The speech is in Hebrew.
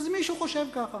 אז מישהו חושב כך.